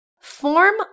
Form